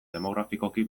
demografikoki